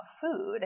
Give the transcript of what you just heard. food